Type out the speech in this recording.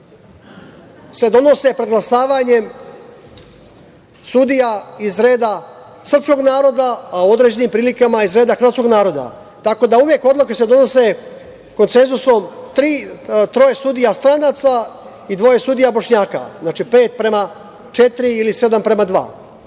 se donose preglasavanjem sudija iz reda srpskog naroda, a u određenim prilikama iz reda hrvatskog naroda. Tako da, odluke se uvek donose konsenzusom troje sudija stranaca i dvoje sudija Bošnjaka. Znači, pet prema četiri ili sedam prema dva. Mi